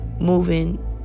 moving